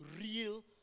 Real